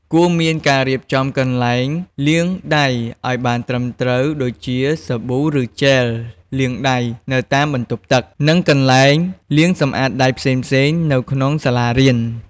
គួរមានការរៀបចំកន្លែងលាងដៃឲ្យបានត្រឹមត្រូវដូចជា សាប៊ូ ឬជែលលាងដៃនៅតាមបន្ទប់ទឹក និងកន្លែងលាងសម្អាតដៃផ្សេងៗនៅក្នុងសាលារៀន។